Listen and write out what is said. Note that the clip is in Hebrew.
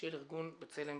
של ארגון בצלם בצרפת.